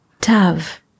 Tav